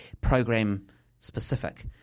program-specific